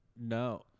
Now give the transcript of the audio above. No